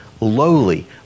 lowly